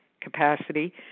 capacity